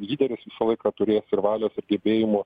lyderis visą laiką turės ir valios ir gebėjimo